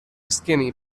skinny